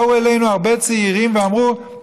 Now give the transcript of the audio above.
באו אלינו הרבה צעירים ואמרו,